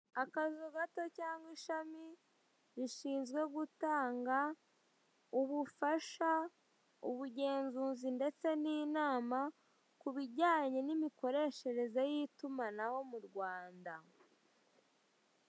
Akazu gato cyangwa ishami, rishinzwe gutanga, ubufasha, ubugenzuzi ndetse n'inama ku bijyanye n'imikoreshereze y'itumanaho mu Rwanda.